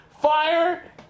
Fire